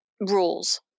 rules